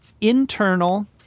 internal